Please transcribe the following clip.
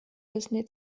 disney